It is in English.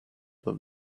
him